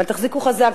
אבל תחזיקו חזק,